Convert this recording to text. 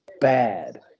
bad